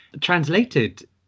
translated